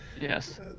yes